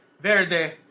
Verde